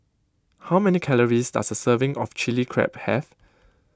how many calories does a serving of Chilli Crab have